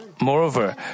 Moreover